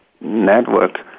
network